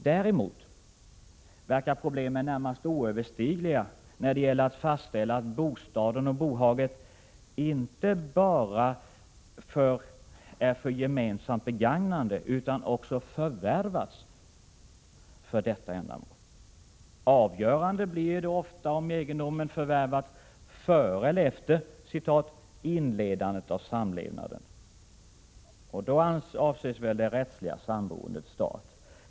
Däremot verkar problemen närmast oöverstigliga när det gäller att fastställa att bostaden och bohaget inte bara är till för gemensamt begagnande utan också förvärvats för detta ändamål. Avgörande blir ofta om egendomen förvärvats före eller efter ”inledandet av samlevnaden”, och då avses väl det rättsliga samboendets start.